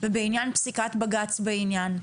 ובעניין פסיקת בג"ץ בעניין.